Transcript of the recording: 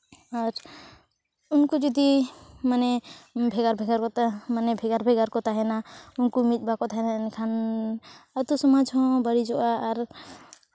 ᱟᱨ ᱩᱱᱠᱩ ᱡᱩᱫᱤ ᱢᱟᱱᱮ ᱵᱷᱮᱜᱟᱨ ᱵᱷᱮᱜᱟᱨ ᱠᱟᱛᱮ ᱢᱟᱱᱮ ᱵᱷᱮᱜᱟᱨ ᱵᱷᱮᱜᱟᱨ ᱠᱚ ᱛᱟᱦᱮᱱᱟ ᱩᱱᱠᱩ ᱢᱤᱫ ᱵᱟᱠᱚ ᱛᱟᱦᱮᱸ ᱞᱮᱱᱠᱷᱟᱱ ᱟᱛᱳ ᱥᱚᱢᱟᱡᱽ ᱦᱚᱸ ᱵᱟᱹᱲᱤᱡᱚᱜᱼᱟ ᱟᱨ